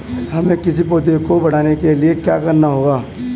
हमें किसी पौधे को बढ़ाने के लिये क्या करना होगा?